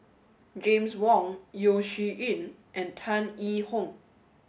James Wong Yeo Shih Yun and Tan Yee Hong